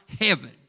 heaven